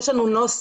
יש לנו נוסח,